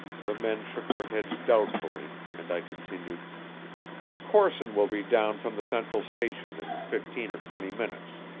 the men shook their heads doubtfully, and i continued corson will be down from the central station in fifteen or twenty minutes.